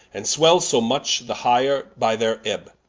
and swell so much the higher, by their ebbe.